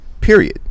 Period